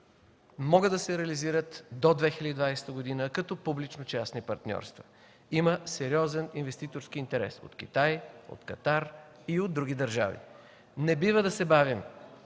могат да се реализират до 2020 г. като публично-частни партньорства. Има сериозен инвеститорски интерес от Китай, от Катар и от други държави. Не бива да се бавим